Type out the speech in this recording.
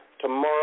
tomorrow